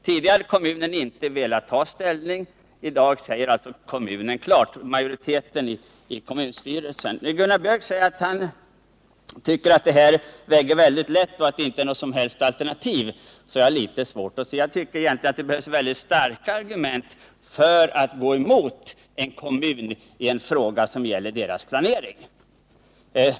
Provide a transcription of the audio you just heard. Tidigare hade kommunen inte velat ta ställning, men i dag säger majoriteten i kommunstyrelsen hur den vill ha det. När Gunnar Björk tycker att det här väger lätt och att det inte är något som helst argument, har jag litet svårt att följa med. Jag tycker att det behövs väldigt starka argument för att gå emot en kommun i en fråga som gäller dess planering.